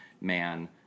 man